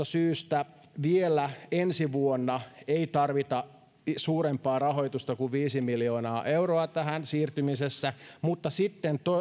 syystä vielä ensi vuonna ei tarvita suurempaa rahoitusta kuin viisi miljoonaa euroa tähän siirtymisessä mutta sitten